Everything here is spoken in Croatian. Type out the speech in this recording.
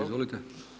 Izvolite.